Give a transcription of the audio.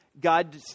God